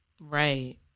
Right